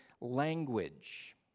language